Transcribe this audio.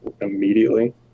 immediately